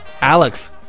Alex